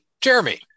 Jeremy